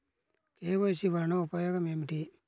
KYC వలన ఉపయోగం ఏమిటీ?